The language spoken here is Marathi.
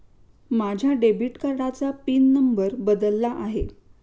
माझ्या डेबिट कार्डाचा पिन नंबर बदलला आहे